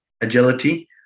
agility